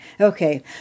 Okay